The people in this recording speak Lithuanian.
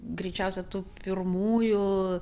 greičiausia tų pirmųjų